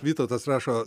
vytautas rašo